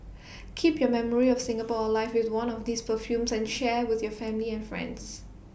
keep your memory of Singapore alive with one of these perfumes and share with your family and friends